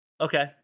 Okay